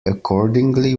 accordingly